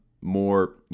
more